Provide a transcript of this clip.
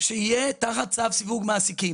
שיהיה תחת צו סיווג מעסיקים.